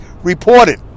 reported